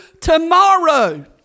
tomorrow